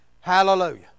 Hallelujah